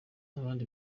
abandi